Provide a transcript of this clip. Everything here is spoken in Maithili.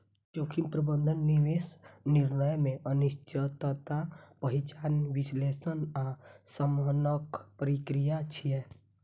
जोखिम प्रबंधन निवेश निर्णय मे अनिश्चितताक पहिचान, विश्लेषण आ शमनक प्रक्रिया छियै